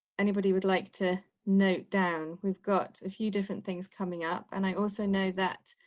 anybody would like to note down? we've got a few different things coming up, and i also know that.